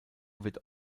wird